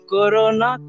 Corona